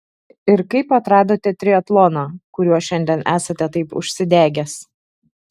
ir kaip atradote triatloną kuriuo šiandien esate taip užsidegęs